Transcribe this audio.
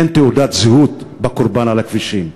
אין תעודת זהות בקורבן על הכבישים.